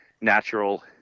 natural